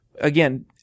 again